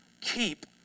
keep